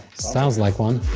sounds like one!